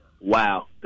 Wow